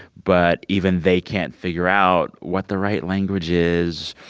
but even they can't figure out what the right language is,